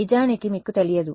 నిజానికి మీకు తెలియదు